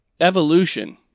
evolution